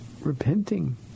repenting